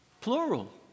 plural